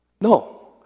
No